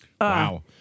Wow